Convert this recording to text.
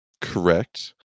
Correct